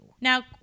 Now